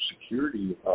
security